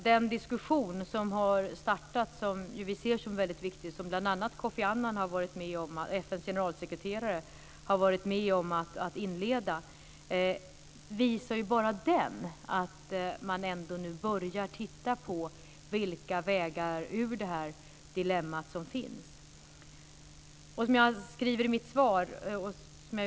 Den viktiga diskussion som bl.a. FN:s generalsekreterare Kofi Annan har varit med om att inleda visar att man börjar titta på vilka vägar som finns ur detta dilemma.